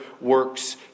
works